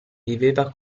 viveva